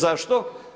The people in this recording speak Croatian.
Zašto?